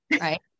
right